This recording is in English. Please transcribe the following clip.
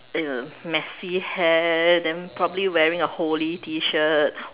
uh messy hair then probably wearing a holey T-shirt